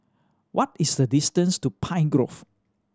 what is the distance to Pine Grove